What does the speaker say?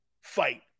fight